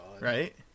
right